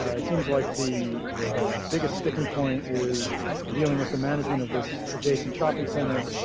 it seems like the biggest sticking point is dealing with the management of this adjacent shopping center,